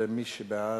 מי שבעד,